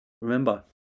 Remember